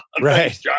Right